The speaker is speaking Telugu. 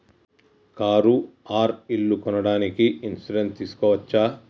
కారు ఆర్ ఇల్లు కొనడానికి ఇన్సూరెన్స్ తీస్కోవచ్చా?